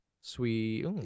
sweet